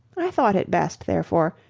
i thought it best, therefore,